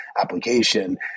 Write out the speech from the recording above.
application